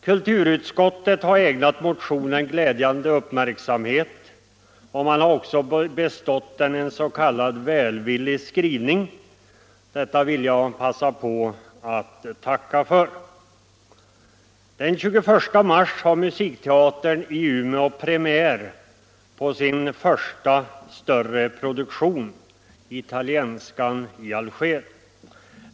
Kulturutskottet har ägnat vår motion en glädjande uppmärksamhet, och man har också bestått den en s.k. välvillig skrivning. Detta vill jag passa på att tacka för. Den 21 mars har musikteatern i Umeå premiär på sin första större produktion, Italienskan i Alger.